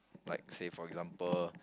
like say for example